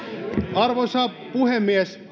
arvoisa puhemies